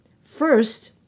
First